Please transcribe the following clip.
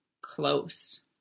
close